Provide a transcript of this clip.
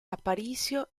aparicio